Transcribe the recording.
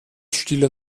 stille